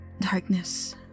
darkness